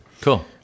cool